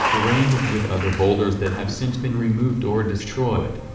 arranged with other boulders that have since been removed or destroyed.